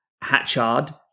Hatchard